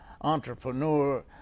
entrepreneur